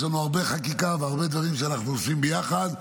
יש לנו הרבה חקיקה והרבה דברים שאנחנו עושים ביחד.